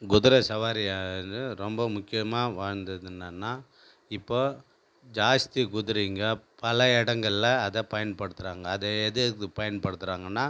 குதிரை சவாரி ரொம்ப முக்கியமாக வாழ்ததென்னான்னா இப்போது ஜாஸ்தி குதிரைங்கோ பல இடங்கள்ல அதை பயன்படுத்துகிறாங்க அதை எது எதுக்கு பயன்படுத்துகிறாங்கன்னா